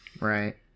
Right